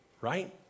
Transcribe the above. right